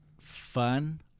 fun